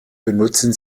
benutzen